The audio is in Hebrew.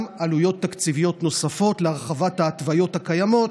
גם עלויות תקציביות נוספות להרחבת ההתוויות הקיימות,